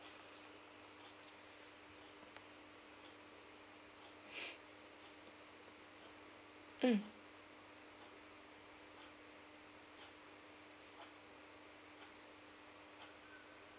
mm